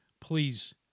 please